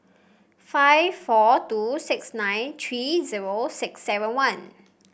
five four two six nine three zero six seven one